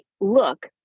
look